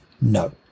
No